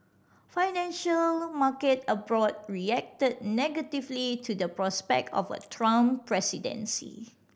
financial market abroad reacted negatively to the prospect of a Trump presidency